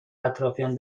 اطرافیان